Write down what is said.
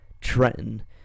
Trenton